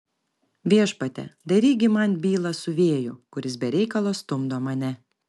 viešpatie daryk gi man bylą su vėju kuris be reikalo stumdo mane